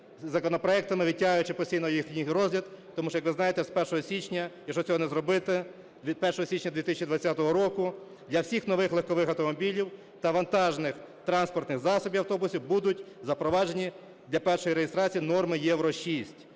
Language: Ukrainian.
законопроектами, відтягуючи постійно їхній розгляд. Тому що, як ви знаєте, з 1 січня, якщо цього не зробити, від 1 січня 2020 року для всіх нових легкових автомобілів та вантажних транспортних засобів, автобусів будуть запроваджені для першої реєстрації норми "Євро-6",